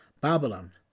Babylon